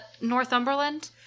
Northumberland